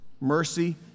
Mercy